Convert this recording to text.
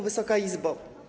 Wysoka Izbo!